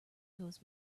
goes